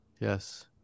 Yes